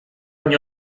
nie